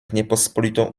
niepospolitą